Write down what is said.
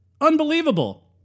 Unbelievable